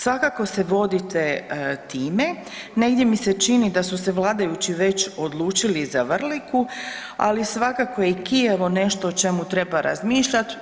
Svakako se vodite, negdje mi se čini da su se vladajući već odlučili za Vrliku, ali svakako je i Kijevo nešto o čemu treba razmišljat.